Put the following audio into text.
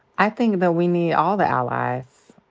i think that we need all the allies.